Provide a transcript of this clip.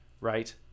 right